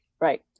Right